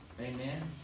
Amen